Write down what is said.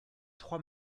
trois